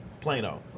Plano